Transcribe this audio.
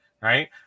Right